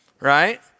right